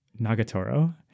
Nagatoro